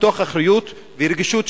מתוך אחריות ורגישות,